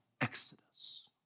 Exodus